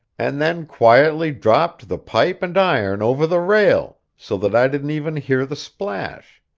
and then quietly dropped the pipe and iron over the rail, so that i didn't even hear the splash.